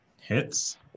hits